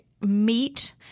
meet